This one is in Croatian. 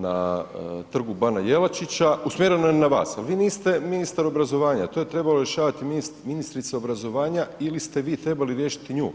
na Trgu bana Jelačića usmjereno je na vas, ali vi niste ministar obrazovanja, to je trebala rješavati ministrica obrazovanja ili ste vi trebali riješiti nju.